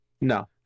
No